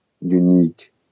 unique